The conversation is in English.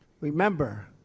remember